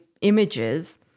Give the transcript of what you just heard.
images